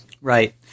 Right